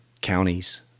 counties